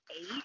eight